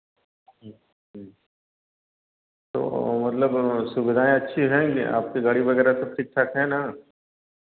तो मतलब सुविधाएँ अच्छी हैं आपकी गाड़ी वगैरह सब ठीक ठाक है ना